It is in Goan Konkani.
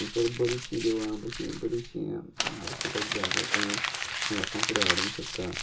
थांगसर बरीचशीं देवळां बशी बरीशीं आर्किटेक्ट जें आसा तें लोकां फुडें हाडूंक सोदता